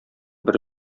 бер